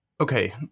Okay